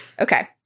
Okay